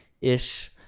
ish